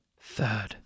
Third